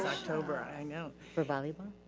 october, i know. for volley ball?